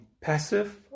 passive